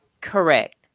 Correct